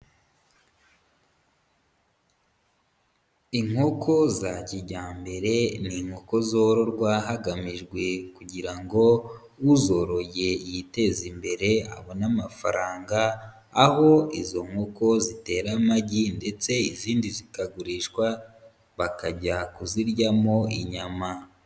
Inkoko za kijyambere ni inkoko zororwa hagamijwe kugira ngo uzoroye yiteze imbere abone amafaranga, aho izo nkoko zitera amagi ndetse izindi zikagurishwa bakajya kuziryamo inyama.